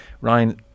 Ryan